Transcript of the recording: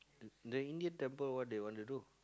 the Indian temple what they want to do